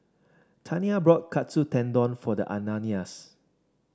Tania brought Katsu Tendon for the Ananias